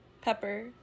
Pepper